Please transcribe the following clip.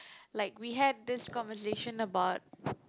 like we had this conversation about